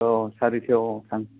औ सारिथायाव थांसै